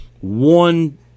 One